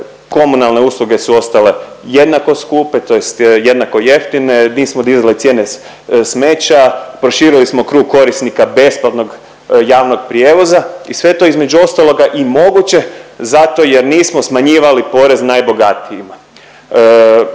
komunalne usluge su ostale jednako skupe, tj. jednako jeftine, nismo dizali cijene smeća, proširili smo krug korisnika besplatnog javnog prijevoza i sve to između ostaloga i moguće zato jer nismo smanjivali porez najbogatijima.